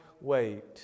wait